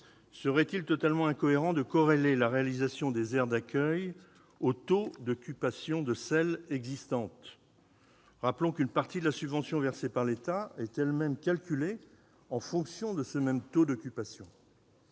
Serait-il totalement incohérent de corréler la réalisation des aires d'accueil au taux d'occupation de celles qui existent ? Rappelons qu'une partie de la subvention versée par l'État est elle-même calculée en fonction de ce même taux d'occupation.